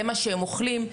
זה מה שהם אוכלים,